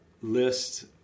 list